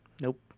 Nope